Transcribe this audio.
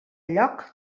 lloc